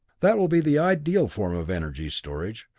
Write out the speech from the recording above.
that will be the ideal form of energy storage,